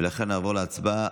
ולכן נעבור להצבעה.